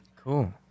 Cool